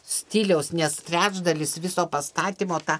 stiliaus nes trečdalis viso pastatymo ta